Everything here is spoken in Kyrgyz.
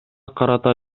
карата